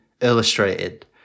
illustrated